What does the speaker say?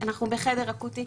אנחנו בחדר אקוטי.